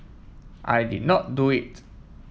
I did not do it